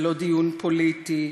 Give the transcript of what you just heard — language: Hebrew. זה לא דיון פוליטי.